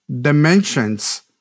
dimensions